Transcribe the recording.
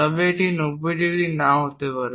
তবে এটি 90 ডিগ্রি নাও হতে পারে